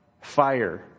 fire